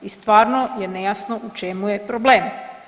I stvarno je nejasno u čemu je problem.